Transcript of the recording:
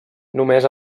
només